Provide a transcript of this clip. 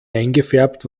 eingefärbt